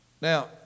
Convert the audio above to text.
Now